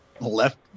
left